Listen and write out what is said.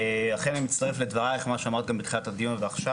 אני מצטרף לדבריך, מה שאמרת בתחילת הדיון ועכשיו.